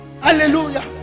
hallelujah